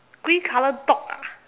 green color dog ah